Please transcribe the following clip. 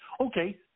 Okay